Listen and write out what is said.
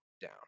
down